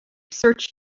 search